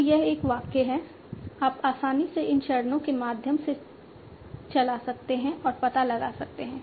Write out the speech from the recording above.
तो यह एक वाक्य है आप आसानी से इन चरणों के माध्यम से चला सकते हैं और पता लगा सकते हैं